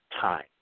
time